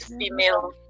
female